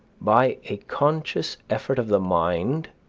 by a conscious effort of the mind